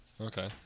Okay